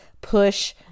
push